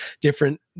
different